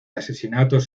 asesinatos